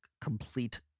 complete